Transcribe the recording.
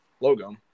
logo